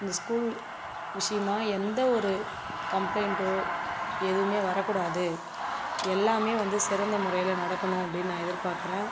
இந்த ஸ்கூல் விஷயமா எந்த ஒரு கம்பளைண்ட்டோ எதுவுமே வரக்கூடாது எல்லாமே வந்து சிறந்த முறையில் நடக்கணும் அப்படின்னு நான் எதிர்ப்பார்க்கறேன்